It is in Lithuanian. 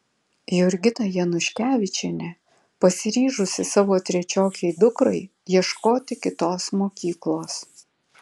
jurgita januškevičienė pasiryžusi savo trečiokei dukrai ieškoti kitos mokyklos